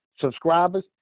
subscribers